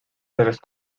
sellest